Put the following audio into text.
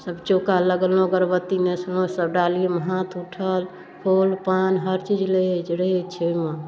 सब चौका लगेलहुँ अगरबत्ती नेसलहुँ सब डालीमे हाथ उठल फूल पान हर चीज रहै छै ओहिमे